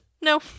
no